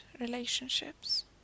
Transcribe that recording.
relationships